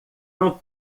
não